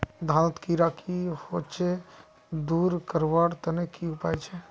धानोत कीड़ा की होचे दूर करवार तने की उपाय छे?